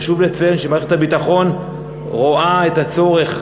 חשוב לציין שמערכת הביטחון רואה צורך,